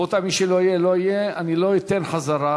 רבותי, מי שלא יהיה לא יהיה, אני לא אתן חזרה.